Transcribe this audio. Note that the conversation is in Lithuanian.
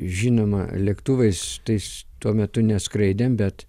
žinoma lėktuvais tais tuo metu neskraidėm bet